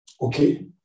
okay